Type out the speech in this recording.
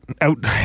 out